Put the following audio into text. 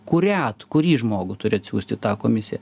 kurią kurį žmogų turi atsiųsti į tą komisiją